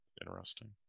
Interesting